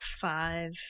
five